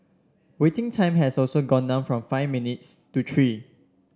waiting time has also gone down from five minutes to three